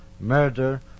murder